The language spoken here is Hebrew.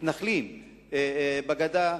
מתנחלים בגדה,